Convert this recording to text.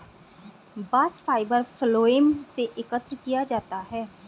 bast fibre phloem से एकत्र किया जाता है